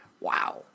Wow